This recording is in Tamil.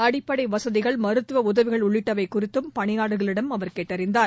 அடிப்படை வசதிகள் மருத்துவ உதவிகள் உள்ளிட்டவை குறித்தும் பணியாளர்களிடம் கேட்டறிந்தார்